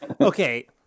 okay